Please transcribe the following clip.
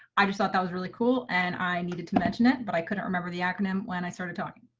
i just thought that was really cool and i needed to mention it, but i couldn't remember the acronym when i started talking.